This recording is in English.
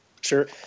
Sure